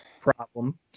problem